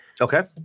okay